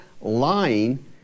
lying